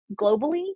globally